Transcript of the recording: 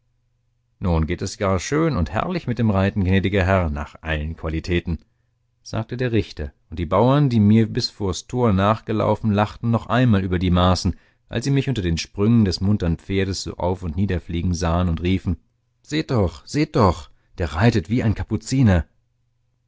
nun geht es gar schön und herrlich mit dem reiten gnädiger herr nach allen qualitäten sagte der richter und die bauern die mir bis vors tor nachgelaufen lachten noch einmal über die maßen als sie mich unter den sprüngen des muntern pferdes so auf und nieder fliegen sahen und riefen seht doch seht doch der reitet wie ein kapuziner